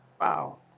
wow